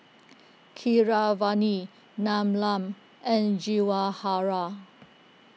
Keeravani Neelam and Jawaharlal